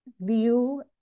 view